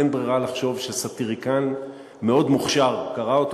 אין ברירה אלא לחשוב שסאטיריקן מאוד מוכשר כתב אותו.